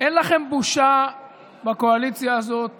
אין לכם בושה בקואליציה הזאת